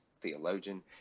theologian